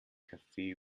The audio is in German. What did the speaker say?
kaffee